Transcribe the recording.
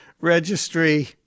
Registry